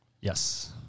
Yes